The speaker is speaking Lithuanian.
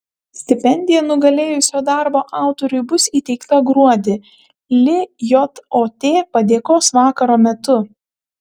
stipendija nugalėjusio darbo autoriui bus įteikta gruodį lijot padėkos vakaro metu